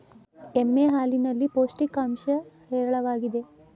ಎಮ್ಮೆ ಹಾಲಿನಲ್ಲಿ ಪೌಷ್ಟಿಕಾಂಶ ಹೇರಳವಾಗಿದೆ